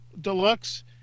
deluxe